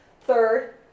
Third